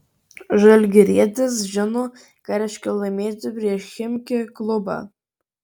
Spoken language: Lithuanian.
žalgirietis žino ką reiškia laimėti prieš chimki klubą